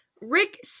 Rick